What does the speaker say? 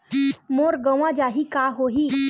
मोर गंवा जाहि का होही?